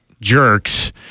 jerks